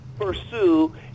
pursue